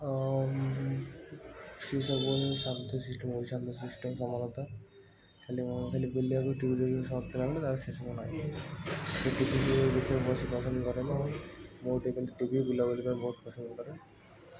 ଆଉ ସିଏ ସବୁବେଳେ ଶାନ୍ତଶିଷ୍ଟ ମୁଁ ବି ଶାନ୍ତଶିଷ୍ଟ ସମାନତା ଖାଲି ମୁଁ ଖାଲି ବୁଲିବାକୁ ଟି ଭି ଦେଖିବାକୁ ସଉକ ଥିଲା ବେଳେ ତାର ସେସବୁ ନାହିଁ ଟିକିଏ ଖାଲି ବସିପାରେନି ଘରେ ମୁଁ ମୁଁ ଟିକେ କିନ୍ତୁ ଟି ଭି ବୁଲାବୁଲି କରିବାକୁ ପସନ୍ଦ କରେ